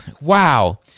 Wow